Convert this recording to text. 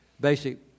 basic